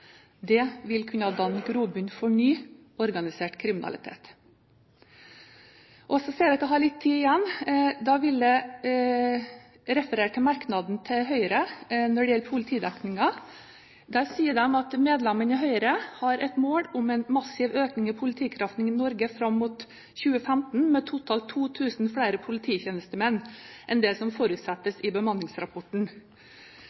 Det vil kunne danne grobunn for ny organisert kriminalitet. Jeg ser at jeg har litt tid igjen, og da vil jeg referere til merknaden til Høyre når det gjelder politidekningen, der medlemmene viser til at Høyre har et mål om en massiv økning i politikraften i Norge fram mot 2015, med totalt 2 000 flere polititjenestemenn enn det som